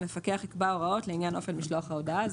המפקח יקבע הוראות לעניין אופן משלוח ההודעה.".